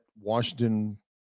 Washington